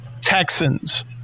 Texans